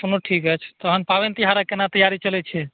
अपनो ठीक अछि पाबनि तिहारके केना तैयारी चलए छै